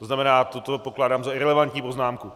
To znamená, toto pokládám za irelevantní poznámku.